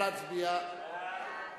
להצעה